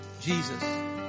Jesus